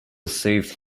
saved